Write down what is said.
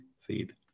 seed